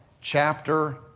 chapter